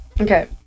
Okay